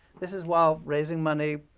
this is while raising money,